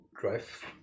drive